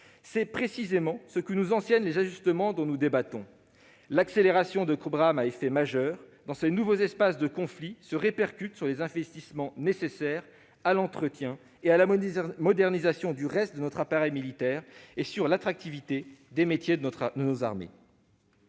C'est précisément ce que nous enseignent les ajustements dont nous débattons : le déploiement accéléré de programmes à effet majeur dans ces nouveaux espaces de conflits se répercute sur les investissements nécessaires à l'entretien et à la modernisation du reste de notre appareil militaire et sur l'attractivité des métiers de nos armées.